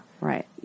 right